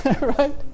Right